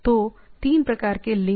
तो तीन प्रकार के लिंक